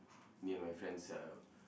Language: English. me and my friends uh